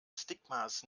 stigmas